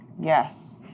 Yes